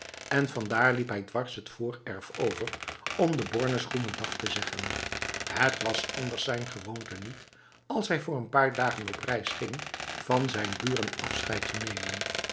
en vandaar liep hij dwars het voorerf over om de bornes goedendag te zeggen het was anders zijn gewoonte niet als hij voor n paar dagen op reis ging van zijn buren afscheid te nemen